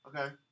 Okay